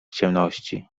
ciemności